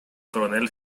coronel